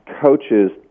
coaches